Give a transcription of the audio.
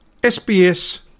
SBS